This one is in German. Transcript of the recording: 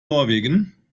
norwegen